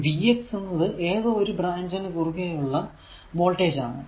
ഈ v x എന്നത് ഏതോ ഒരു ബ്രാഞ്ച് നു കുറുകെ ഉള്ള വോൾടേജ് ആണ്